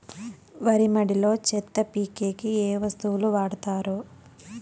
వరి మడిలో చెత్త పీకేకి ఏ వస్తువులు వాడుతారు?